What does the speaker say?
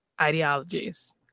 ideologies